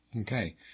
Okay